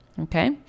Okay